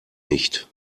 nicht